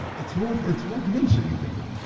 it's worth it's worth mentioning, jacob.